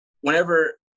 whenever